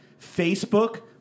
Facebook